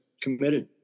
committed